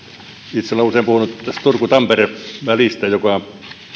itse olen usein puhunut turku tampere välistä joka